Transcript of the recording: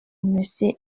monsieur